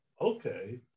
Okay